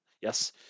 Yes